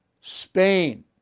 Spain